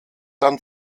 dann